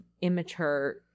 immature